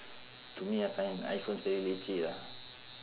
to me I find iphones very leceh ah